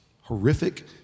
horrific